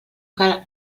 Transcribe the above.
cal